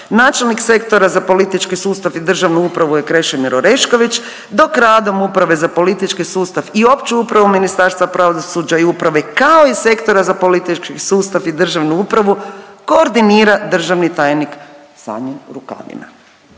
Načelnik Sektora za politički sustav i državnu upravu je Krešimir Orešković, dok radom Uprave za politički sustav i opću upravu Ministarstva pravosuđa i uprave kao i Sektora za politički sustav i državnu upravu koordinira državni tajnik Sanjin Rukavina.